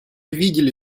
видели